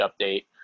update